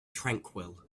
tranquil